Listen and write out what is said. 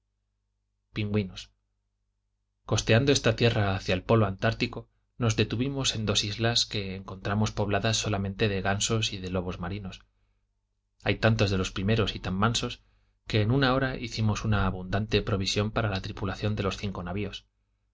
pingüinos costeando esta tierra hacia el polo antartico nos detuvimos en dos islas que encontramos pobladas solamente de gansos y de lobos marinos hay tantos de los primeros y tan mansos que en una hora hicimos una abundante provisión para la tripulación de los cinco navios